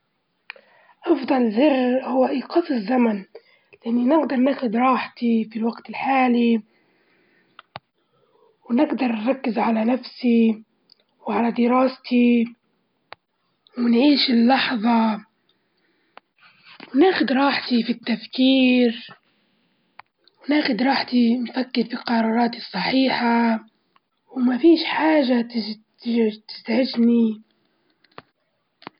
الأفضل إني نرجع ميتين سنة اللماضي عشان أتعلم من تجارب الناس في اللحظة هادي، ونشوف كيف تطورنا، وكيف اكتشفنا الحياة، وكيف اكتشفنا الطب والهندسة، أعتقد إن الماضي يعطيني دروس قيمة في الحياة.